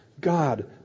God